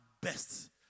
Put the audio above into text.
best